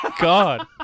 God